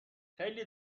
خیلی